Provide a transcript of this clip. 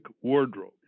wardrobe